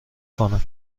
کنه